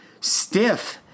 stiff